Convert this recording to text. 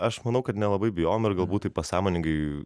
aš manau kad nelabai bijojom ir galbūt tai pasąmoningai